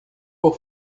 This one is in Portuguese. por